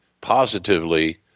positively